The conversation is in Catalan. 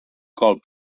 colp